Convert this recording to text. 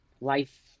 life